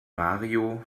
mario